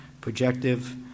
projective